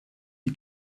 die